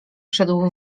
szedł